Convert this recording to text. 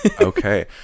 okay